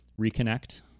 reconnect